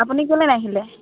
আপুনি কেলে নাহিলে